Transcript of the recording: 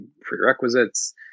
prerequisites